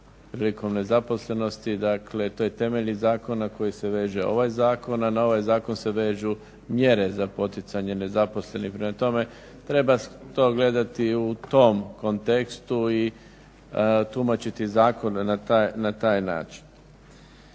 prilikom nezaposlenosti, dakle to je temeljni zakon na koji se veže ovaj zakon, a na ovaj zakon se vežu mjere za poticanje nezaposlenih. Prema tome, treba to gledati u tom kontekstu i tumačiti zakon na taj način.